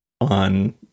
on